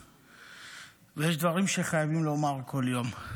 ויש דברים שחייבים לומר כל יום.